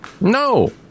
no